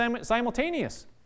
simultaneous